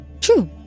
true